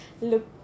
look